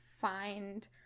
find